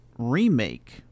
remake